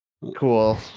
Cool